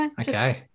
Okay